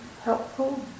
helpful